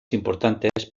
importantes